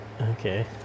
okay